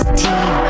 team